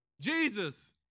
Jesus